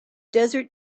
desert